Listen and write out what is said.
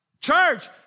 Church